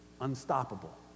Unstoppable